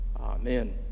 Amen